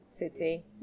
City